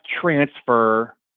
transfer